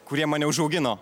kurie mane užaugino